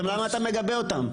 ולמה את המגבה אותם?